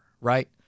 right